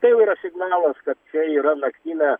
tai jau yra signalas kad čia yra naktinė